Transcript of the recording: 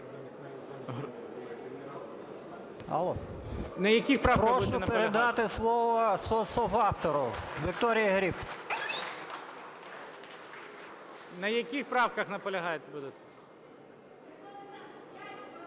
На яких правках наполягати будете?